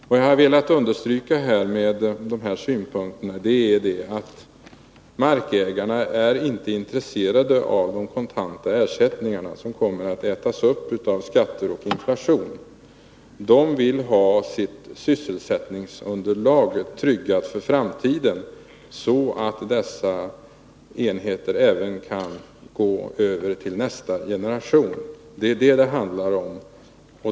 Vad jag har velat understryka med att framföra dessa synpunkter är att markägarna inte är intresserade av kontanta ersättningar, eftersom dessa kommer att ätas upp av skatter och inflation. Markägarna vill ha sitt sysselsättningsunderlag tryggat för framtiden, så att brukningsenheterna även kan gå över till nästa generation. Det är detta det handlar om.